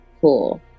Cool